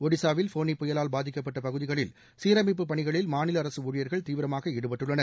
ஒடிசாவில் ஃபானி புயலால் பாதிக்கப்பட்ட பகுதிகளில் சீரமைப்பு பணிகளில் மாநில அரசு ஊழியர்கள் தீவிரமாக ஈடுபட்டுள்ளனர்